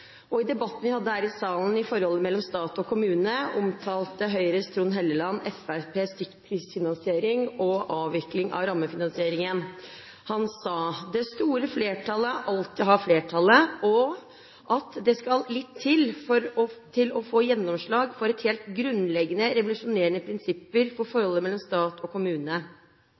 pensjonspolitikken. I debatten vi hadde her i salen om forholdet mellom stat og kommune, omtalte Høyres Trond Helleland Fremskrittspartiets stykkprisfinansiering og avvikling av rammefinansieringen. Han sa at «det store flertallet alltid har flertallet» og han sa videre at «det skal litt til å få gjennomslag for helt grunnleggende revolusjonerende prinsipper for forholdet mellom stat og kommune».